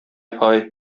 һай